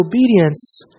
obedience